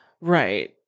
Right